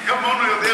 מי כמונו יודע,